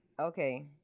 Okay